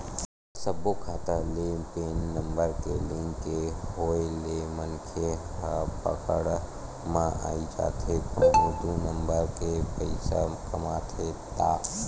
सब्बो खाता ले पेन नंबर के लिंक के होय ले मनखे ह पकड़ म आई जाथे कहूं दू नंबर के पइसा कमाथे ता